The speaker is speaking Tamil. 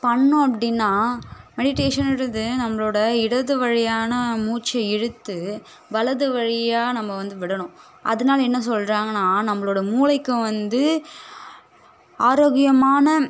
பண்ணோம் அப்படின்னா மெடிட்டேஷன்றது நம்மளோட இடது வழியான மூச்சை இழுத்து வலது வழியாக நம்ம வந்து விடணும் அதனால என்ன சொல்கிறாங்கனா நம்மளோடய மூளைக்கும் வந்து ஆரோக்கியமான